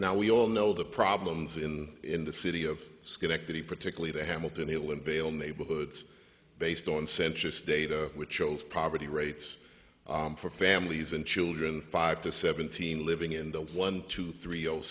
now we all know the problems in in the city of schenectady particularly the hamilton hill unveil neighborhoods based on census data which shows poverty rates for families and children five to seventeen living in the one two three